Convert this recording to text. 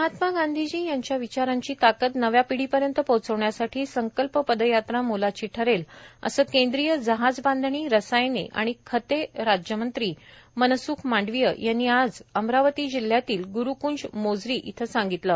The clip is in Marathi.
महात्मा गांधीजी यांच्या विचारांची ताकद नव्या पिढीपर्यंत पोहोचविण्यासाठी संकल्प पदयात्रा मोलाची ठरेल असे केंद्रीय जहाज बांधणी रसायने आणि खते राज्यमंत्री मनस्ख मांडवीय यांनी आज अमरावती जिल्ह्यातील गुरुकंज मोझरी इथं सांगितले